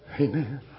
Amen